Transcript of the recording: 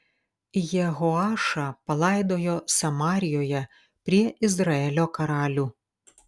jehoašą palaidojo samarijoje prie izraelio karalių